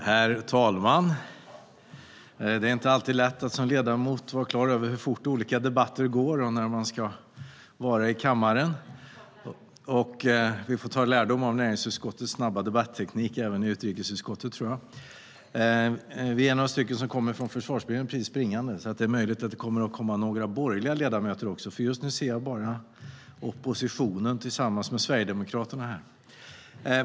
Herr talman! Det är inte alltid lätt som ledamot att vara klar över hur fort olika debatter går och när man ska vara i kammaren. Vi får ta lärdom av näringsutskottets snabba debatteknik även i utrikesutskottet, tror jag. Vi är några stycken som kommer springandes från Försvarsberedningen. Det är möjligt att det kommer några borgerliga ledamöter också, för just nu ser jag bara oppositionen tillsammans med Sverigedemokraterna i kammaren.